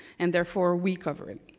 and therefore we cover it.